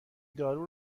دارو